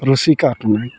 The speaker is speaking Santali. ᱨᱩᱥᱤᱠᱟ ᱠᱟᱹᱱᱟᱹᱧ